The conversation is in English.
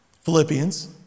Philippians